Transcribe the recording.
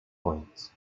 point